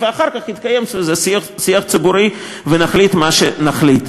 ואחר כך יתקיים סביב זה שיח ציבורי ונחליט מה שנחליט.